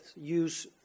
use